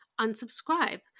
unsubscribe